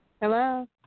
Hello